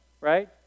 right